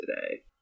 today